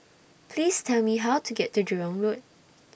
Please Tell Me How to get to Jurong Road